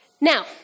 Now